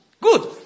Good